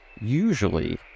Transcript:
Usually